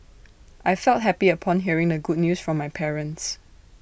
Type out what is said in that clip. I felt happy upon hearing the good news from my parents